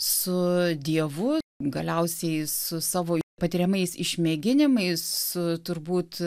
su dievu galiausiai su savo patiriamais išmėginimais su turbūt